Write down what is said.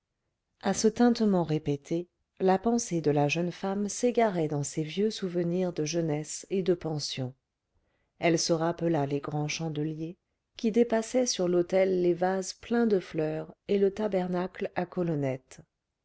à ce tintement répété la pensée de la jeune femme s'égarait dans ses vieux souvenirs de jeunesse et de pension elle se rappela les grands chandeliers qui dépassaient sur l'autel les vases pleins de fleurs et le tabernacle à